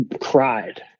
cried